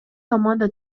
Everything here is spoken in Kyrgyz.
команда